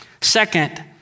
Second